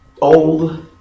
old